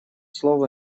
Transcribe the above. слово